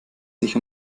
sich